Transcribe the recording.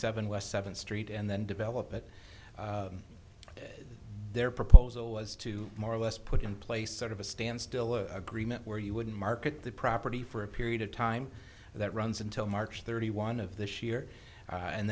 seven west seventh street and then develop it to their proposal is to more or less put in place sort of a standstill a minute where you wouldn't market the property for a period of time that runs until march thirty one of this year